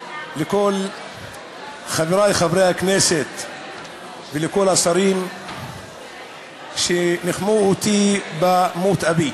לכל חברי חברי הכנסת ולכל השרים שניחמו אותי במות אבי.